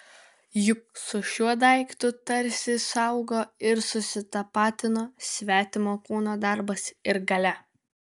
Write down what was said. juk su šiuo daiktu tarsi suaugo ir susitapatino svetimo kūno darbas ir galia